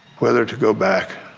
whether to go back